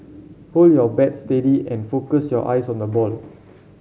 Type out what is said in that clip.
hold your bat steady and focus your eyes on the ball